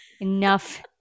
enough